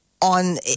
on